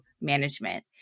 Management